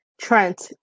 Trent